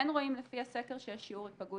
כן רואים לפי הסקר שיש שיעור היפגעות